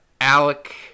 Alec